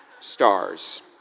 stars